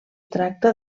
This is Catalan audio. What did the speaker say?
tracta